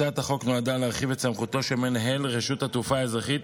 הצעת החוק נועדה להרחיב את סמכותו של מנהל רשות התעופה האזרחית